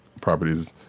properties